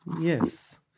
Yes